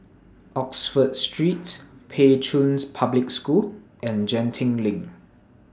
Oxford Street Pei Chun Public School and Genting LINK